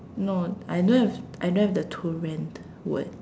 no I don't have I don't have the to rent word